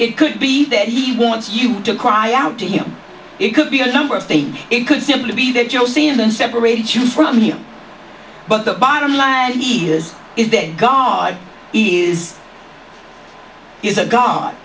it could be that he wants you to cry out to him it could be a number of states it could simply be that you're seeing them separate you from him but the bottom line is is this guy is is a g